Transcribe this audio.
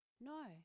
No